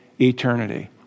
eternity